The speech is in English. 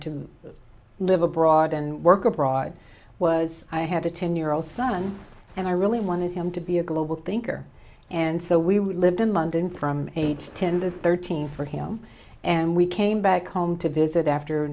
to live abroad and work abroad was i had a ten year old son and i really wanted him to be a global thinker and so we lived in london from age ten to thirteen for him and we came back home to visit after